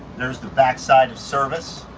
there's the backside of service.